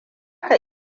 ka